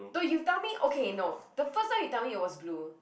no you tell me okay no the first time you tell me it was blue